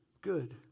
Good